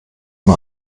mir